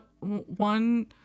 one